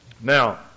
Now